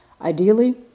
ideally